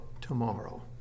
tomorrow